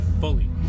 fully